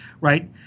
right